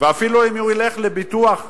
ואפילו אם הוא ילך לביטוח פרטי,